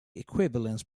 equivalence